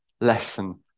lesson